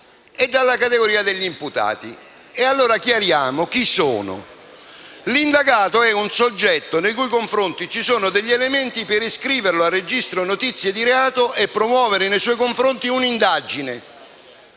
e a quella degli imputati. E allora chiariamo chi sono. L'indagato è un soggetto nei cui confronti ci sono degli elementi per iscriverlo al registro notizie di reato e promuovere nei suoi confronti un'indagine.